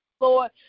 Lord